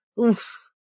oof